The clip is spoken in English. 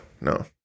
no